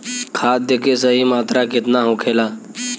खाद्य के सही मात्रा केतना होखेला?